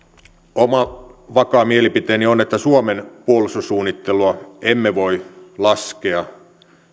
oma vakaa mielipiteeni on että suomen puolustussuunnittelua emme voi laskea